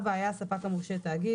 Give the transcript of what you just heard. (4)היה הספק המורשה תאגיד,